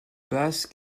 basse